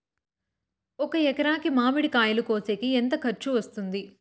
ఒక ఎకరాకి మామిడి కాయలు కోసేకి ఎంత ఖర్చు వస్తుంది?